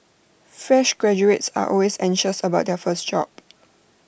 fresh graduates are always anxious about their first job